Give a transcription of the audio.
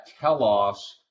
telos